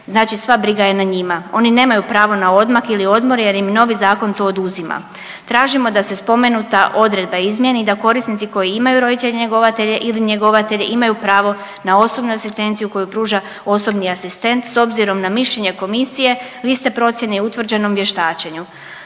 znači sva briga je na njima. Oni nemaju pravo na odmak ili odmor, jer im novi zakon to oduzima. Tražimo da se spomenuta odredba izmijeni, da korisnici koji imaju roditelje-njegovatelje ili njegovatelje imaju pravo na osobnu asistenciju koju pruža osobni asistent s obzirom na mišljenje Komisije, liste procjene i utvrđenom vještačenju.